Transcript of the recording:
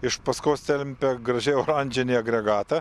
iš paskos tempia gražiai oranžinį agregatą